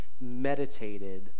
meditated